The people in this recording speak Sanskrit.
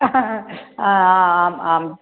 हा हा आम् आम्